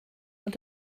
ond